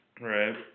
Right